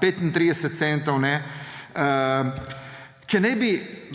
35 centov, če ne bi